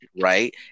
right